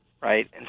right